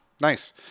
Nice